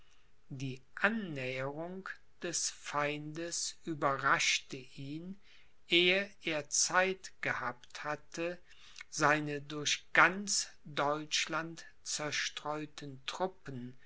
die annäherung des feindes überraschte ihn ehe er zeit gehabt hatte seine durch ganz deutschland zerstreuten truppen